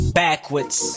backwards